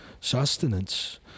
sustenance